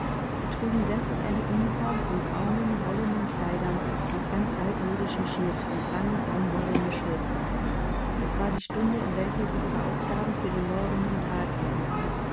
sie trugen sämtlich eine uniform von braunen wollenen kleidern nach ganz altmodischem schnitt und lange baumwollene schürzen es war die stunde in welcher sie ihre aufgaben für den morgenden tag lernten